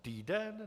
Týden?